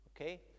okay